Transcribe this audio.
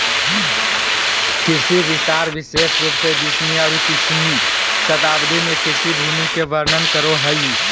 कृषि विस्तार विशेष रूप से बीसवीं और इक्कीसवीं शताब्दी में कृषि भूमि के वर्णन करो हइ